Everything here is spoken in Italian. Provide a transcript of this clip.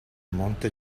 monte